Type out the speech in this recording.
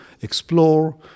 explore